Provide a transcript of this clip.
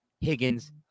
Higgins